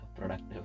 productive